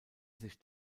sich